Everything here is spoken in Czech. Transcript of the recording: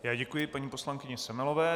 Já děkuji paní poslankyni Semelové.